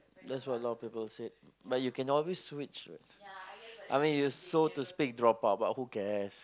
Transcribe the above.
that's what a lot of people said but you can always switch what I mean you so to speak drop out but who cares